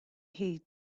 heed